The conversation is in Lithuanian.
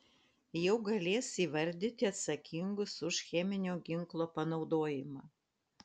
jau galės įvardyti atsakingus už cheminio ginklo panaudojimą